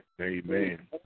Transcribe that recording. Amen